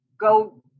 go